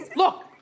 look,